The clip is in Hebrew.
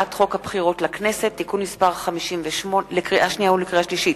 לקריאה שנייה ולקריאה שלישית,